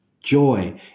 Joy